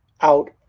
out